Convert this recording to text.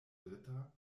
dritter